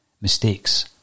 mistakes